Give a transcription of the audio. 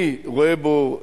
אני רואה בו,